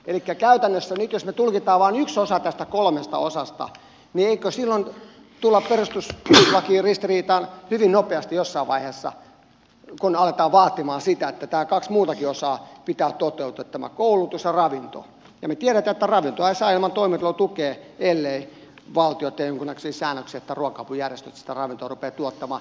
elikkä käytännössä nyt jos me tulkitsemme vain yhtä näistä kolmesta osasta eikö silloin tulla perustuslakiristiriitaan hyvin nopeasti jossain vaiheessa kun aletaan vaatimaan sitä että nämä kaksi muutakin osaa pitää toteutua koulutus ja ravinto ja me tiedämme että ravintoa ei saa ilman toimeentulotukea ellei valtio tee jonkunnäköisiä säännöksiä että ruoka apujärjestöt sitä ravintoa rupeavat tuottamaan